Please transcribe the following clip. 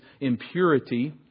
impurity